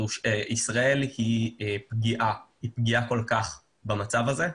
ישראל היא פגיעה במצב הזה.